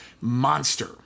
monster